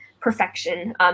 perfection